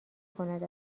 کند